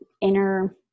inner